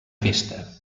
festa